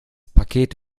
paket